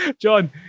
John